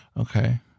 Okay